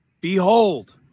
Behold